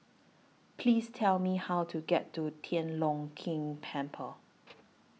Please Tell Me How to get to Tian Leong Keng Temple